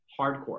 hardcore